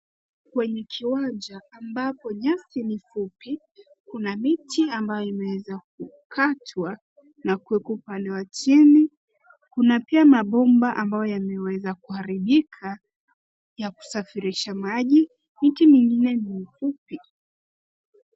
Kwenye kiwanja ambapo nyasi ni fupi. Kuna miti ambayo imeweza kukatwa na kuwekwa upande wa chini. Kuna pia mabomba ambayo yameweza kuharibika ya kusafirisha maji. Miti mwingine ni mifupi.